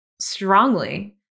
strongly